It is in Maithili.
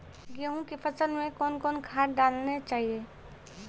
गेहूँ के फसल मे कौन कौन खाद डालने चाहिए?